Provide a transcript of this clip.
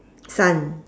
sun